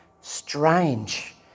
strange